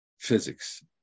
physics